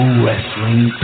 wrestling